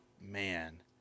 man